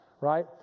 Right